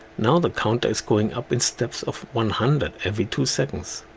now the counter is going up in steps of one hundred every two seconds